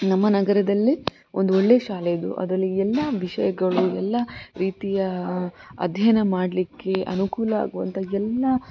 ನಮ್ಮ ನಗರದಲ್ಲೇ ಒಂದು ಒಳ್ಳೆಯ ಶಾಲೆ ಇದ್ದು ಅದರಲ್ಲಿ ಎಲ್ಲ ವಿಷಯಗಳು ಎಲ್ಲ ರೀತಿಯ ಅಧ್ಯಯನ ಮಾಡಲಿಕ್ಕೆ ಅನುಕೂಲ ಆಗುವಂಥ ಎಲ್ಲ